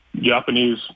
Japanese